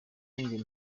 njye